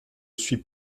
suis